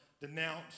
denounce